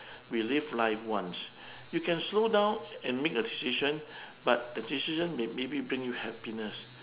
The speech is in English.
we live life once you can slow down and make a decision but the decision may maybe bring you happiness